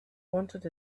wanted